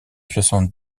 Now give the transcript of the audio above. soixante